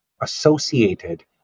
associated